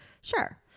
Sure